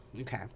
okay